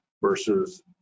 versus